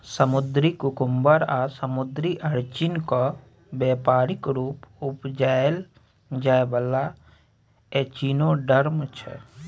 समुद्री कुकुम्बर आ समुद्री अरचिन केँ बेपारिक रुप उपजाएल जाइ बला एचिनोडर्म छै